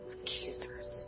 Accusers